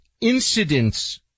incidents